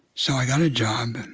so i got a job and